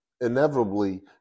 Inevitably